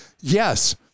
yes